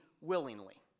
willingly